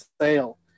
sale